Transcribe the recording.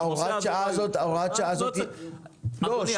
-- שהוראת השעה הזאת -- אדוני,